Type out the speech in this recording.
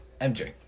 MJ